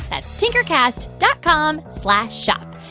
that's tinkercast dot com slash shop.